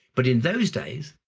but in those days,